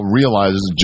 realizes